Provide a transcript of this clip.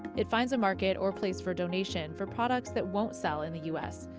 it finds a market or place for donation for products that won't sell in the u s.